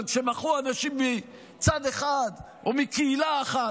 אבל כשמחו אנשים מצד אחד או מקהילה אחת,